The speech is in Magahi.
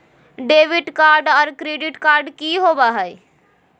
डेबिट कार्ड और क्रेडिट कार्ड की होवे हय?